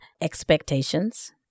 expectations